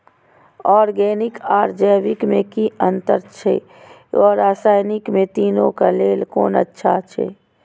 Organic आर जैविक में कि अंतर अछि व रसायनिक में तीनो क लेल कोन अच्छा अछि?